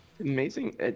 Amazing